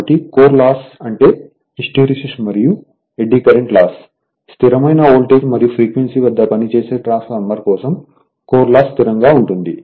కాబట్టి core loss అంటే hysteresis మరియు ఎడ్డీ కరెంట్ లాస్ స్థిరమైన వోల్టేజ్ మరియు ఫ్రీక్వెన్సీ వద్ద పనిచేసే ట్రాన్స్ఫార్మర్ కోసం కోర్ లాస్ స్థిరంగా ఉంటుంది